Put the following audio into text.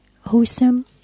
wholesome